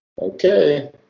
okay